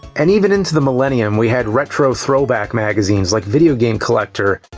and even into the millennium, we had retro throwback magazines, like video game collector.